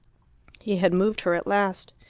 he had moved her at last.